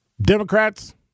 Democrats